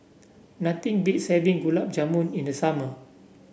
nothing beats having Gulab Jamun in the summer